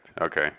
Okay